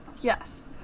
Yes